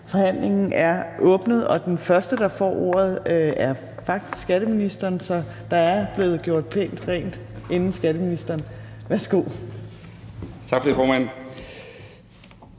Forhandlingen er åbnet. Den første, der får ordet, er faktisk skatteministeren, så der er blevet gjort pænt rent før skatteministeren. Værsgo. Kl.